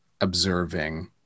observing